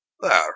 There